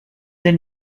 elle